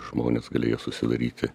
žmonės galėjo susidaryti